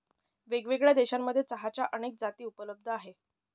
वेगळ्यावेगळ्या देशांमध्ये चहाच्या अनेक जाती उपलब्ध आहे